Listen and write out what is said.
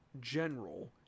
General